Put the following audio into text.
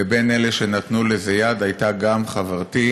ובין אלה שנתנו לזה יד הייתה גם חברתי,